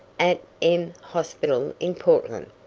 at m hospital in portland,